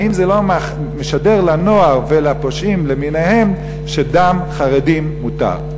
האם זה לא משדר לנוער ולפושעים למיניהם שדם חרדים מותר?